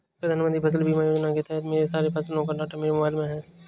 प्रधानमंत्री फसल बीमा योजना के तहत मेरे सारे फसलों का डाटा मेरे मोबाइल में है